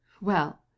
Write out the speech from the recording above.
Well